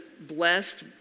blessed